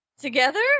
Together